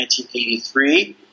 1983